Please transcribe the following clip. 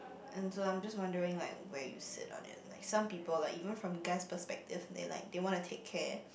and so I'm just wondering like where you sit on it like some people like even from guy's perspective they like they want to take care